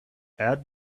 add